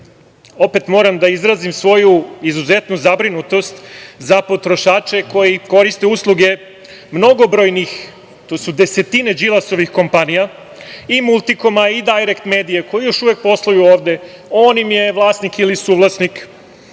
opet moram da izrazim svoju izuzetnu zabrinutost za potrošače koji koriste usluge mnogobrojnih, to su desetine Đilasovih kompanija, i "Multikoma" i "Dajrekt medija" koje još uvek posluju ovde, on im je vlasnik ili suvlasnik,